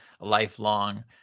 lifelong